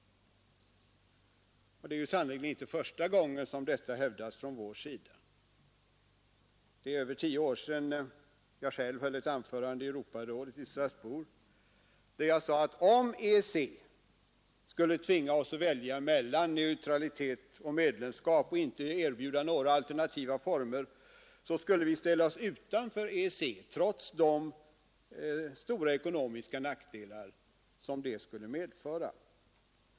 Det är sannerligen inte första gången som detta hävdas från vår sida. Det är över tio år sedan jag själv höll ett anförande inför Europarådet i Strasbourg, där jag sade att om EEC skulle tvinga oss att välja mellan neutralitet och medlemskap och inte erbjuda några alternativa former, så skulle vi ställa oss utanför EEC trots de stora ekonomiska nackdelar som det skulle medföra.